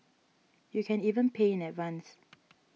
you can even pay in advance